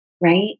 right